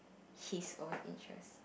his own interest